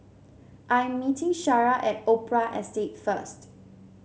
I'm meeting Shara at Opera Estate first